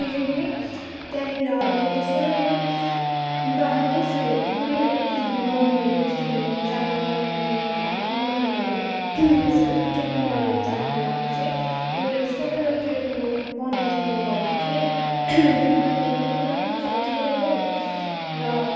यदि त्यहाँनेर एउटा सानो बाटो यसो हे कोही घुम्नु आउनेहरू यस्तो हिँडेर जानु मन हुनेहरूलाई मन हुनेहरू यसो ट्रेकिङ गरेर जानुको लागि चाहिँ एउटा सानो ट्रेकिङ रोड बनाइदिनु भने चाहिँ ट्रेकिङ रोड पनि राम्रो चल्थ्यो हो र